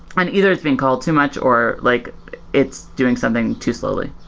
and either it's being called too much or like it's doing something to slowly.